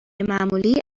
معمولی